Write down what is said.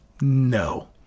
No